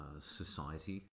society